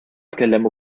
tkellem